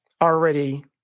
already